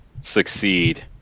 succeed